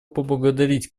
поблагодарить